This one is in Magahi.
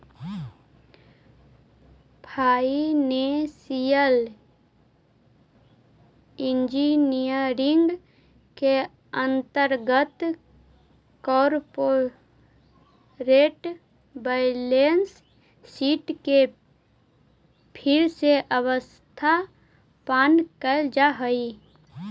फाइनेंशियल इंजीनियरिंग के अंतर्गत कॉरपोरेट बैलेंस शीट के फिर से व्यवस्थापन कैल जा हई